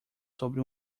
sobre